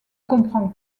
comprend